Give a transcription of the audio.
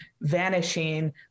vanishing